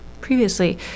previously